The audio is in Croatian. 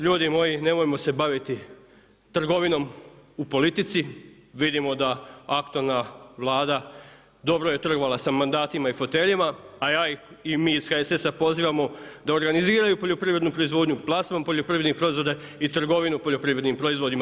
Ljudi moji, nemojmo se baviti trgovinom u politici, vidimo da aktualna Vlada dobro je trgovala sa mandatima i foteljama, a ja ih i mi iz HSS-a pozivamo da organiziraju poljoprivrednu proizvodnju, plasman poljoprivrednih proizvoda i trgovinu poljoprivrednim proizvodima.